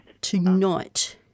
tonight